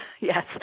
yes